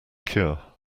cure